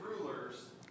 rulers